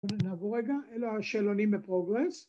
‫נעבור רגע אלו השאלונים בפרוגרס.